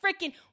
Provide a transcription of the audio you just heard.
freaking